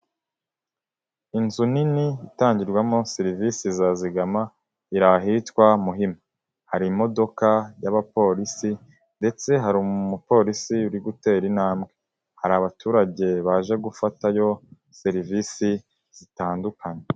Inzu nini itangirwamo serivisi za zigama iri ahitwa Muhima, hari imodoka y'abapolisi ndetse hari umupolisi uri gutera intambwe, hari abaturage baje gufatayo serivisi zitandukanye.